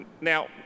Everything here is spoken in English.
Now